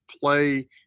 play